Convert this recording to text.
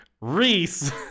Reese